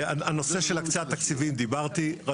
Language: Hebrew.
על הנושא של הקצאת תקציבים, דיברתי.